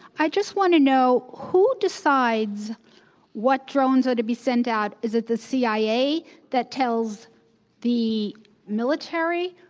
i just want to know, who decides what drones are to be sent out? is it the cia that tells the military?